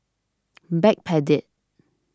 Backpedic